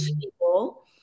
people